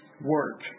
Work